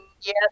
yes